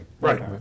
Right